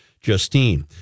Justine